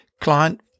client